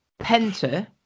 Penta